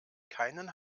keinen